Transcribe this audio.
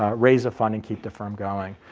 ah raise a fund and keep the firm going.